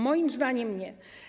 Moim zdaniem nie.